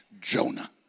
Jonah